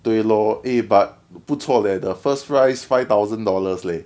对 lor eh but 不错 leh the first prize five thousand dollars leh